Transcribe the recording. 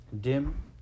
dim